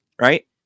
right